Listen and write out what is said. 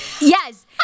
Yes